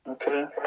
Okay